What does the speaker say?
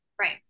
Right